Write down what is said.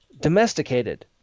domesticated